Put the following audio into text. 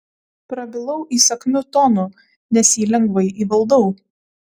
prabilau įsakmiu tonu nes jį lengvai įvaldau